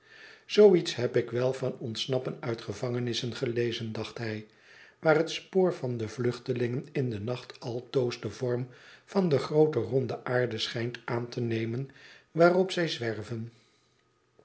iets heb ik wel van ontsnappen uit gevangenissen gelezen dacht hij waar het spoor van de vluchtelingen in den nacht altoos den vorm van de groote ronde aarde schijnt aan te nemen waarop zij zwerven